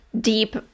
deep